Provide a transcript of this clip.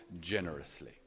generously